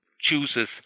chooses